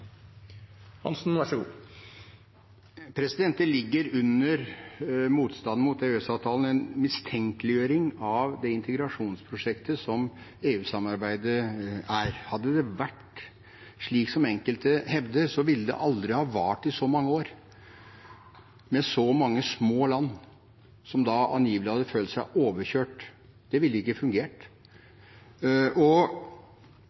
Det ligger under motstanden mot EØS-avtalen en mistenkeliggjøring av det integrasjonsprosjektet som EU-samarbeidet er. Hadde det vært slik som enkelte hevder, ville det aldri ha vart i så mange år, med så mange små land, som da angivelig hadde følt seg overkjørt. Det ville ikke